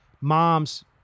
mom's